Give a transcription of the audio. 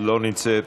לא נמצאת.